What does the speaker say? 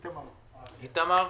בבקשה.